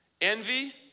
Envy